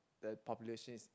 the population is